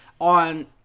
on